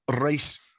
race